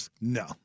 no